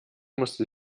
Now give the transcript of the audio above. musste